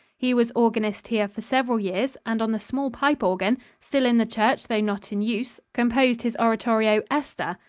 he was organist here for several years, and on the small pipe-organ, still in the church though not in use, composed his oratorio, esther,